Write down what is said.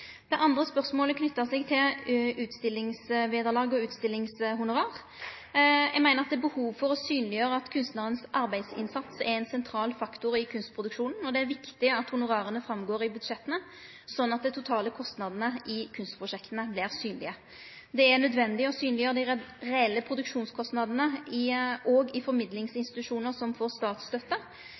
Det andre spørsmålet knytte seg til utstillingsvederlag og utstillingshonorar. Eg meiner det er behov for å synleggjere at arbeidsinnsatsen til kunstnarane er ein sentral faktor i kunstproduksjonen, og det er viktig at honorara går fram av budsjetta, sånn at dei totale kostnadene i kunstprosjekta vert synlege. Det er nødvendig å synleggjere dei reelle produksjonskostnadene også i formidlingsinstitusjonar som får